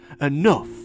enough